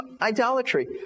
idolatry